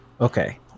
Okay